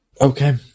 Okay